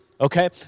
okay